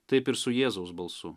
taip ir su jėzaus balsu